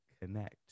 connect